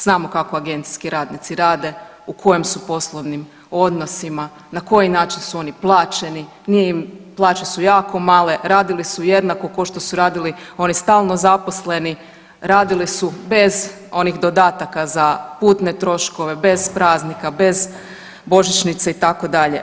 Znamo kako agencijski radnici rade u kojim su poslovnim odnosima, na koji način su oni plaćeni, plaće su jako male, radili su jednako ko što su radili oni stalno zaposleni, radili su bez onih dodataka za putne troškove, bez praznika, bez božićnice itd.